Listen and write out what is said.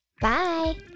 Bye